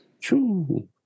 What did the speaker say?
True